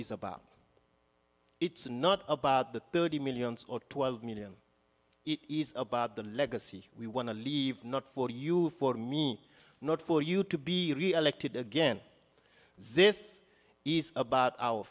is about it's not about the thirty million or twelve million ease about the legacy we want to leave not for you for me not for you to be reelected again zz's is about our